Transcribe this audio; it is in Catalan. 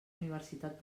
universitat